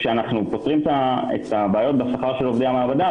כשאנחנו פותרים את הבעיות בשכר של עובדי המעבדה,